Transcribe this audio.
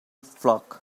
flock